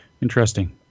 Interesting